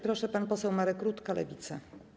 Proszę, pan poseł Marek Rutka, Lewica.